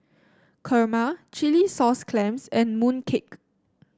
kurma Chilli Sauce Clams and mooncake